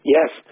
Yes